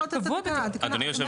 כתקנה?